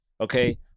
Okay